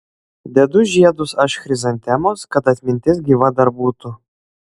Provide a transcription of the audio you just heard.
dedu žiedus aš chrizantemos kad atmintis gyva dar būtų